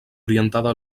orientada